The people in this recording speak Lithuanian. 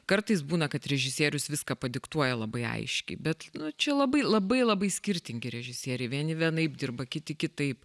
kartais būna kad režisierius viską padiktuoja labai aiškiai bet čia labai labai labai skirtingi režisieriai vieni vienaip dirba kiti kitaip